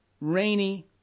rainy